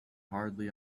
hardly